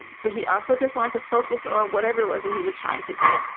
but he also just wants to focus on whatever it was that he was trying to do.